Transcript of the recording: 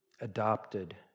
adopted